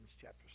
chapter